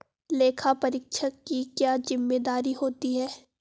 लेखापरीक्षक की क्या जिम्मेदारी होती है?